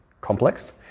complex